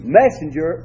messenger